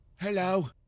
Hello